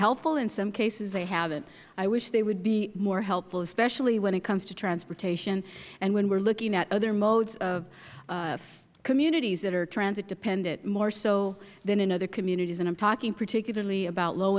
helpful in some cases they have not i wish they would be more helpful especially when it comes to transportation and when we are looking at other modes for communities that are transit dependent more so than in other communities i am talking particularly about low